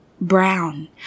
brown